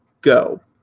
Go